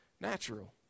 natural